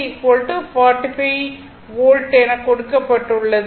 V3 45 volt எனக் கொடுக்கப்பட்டுள்ளது